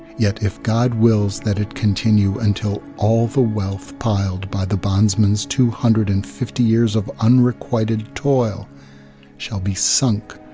yet, if god wills that it continue until all the wealth piled by the bondsman's two hundred and fifty years of unrequited toil shall be sunk,